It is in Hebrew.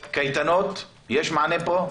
קייטנות, יש מענה פה?